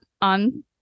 on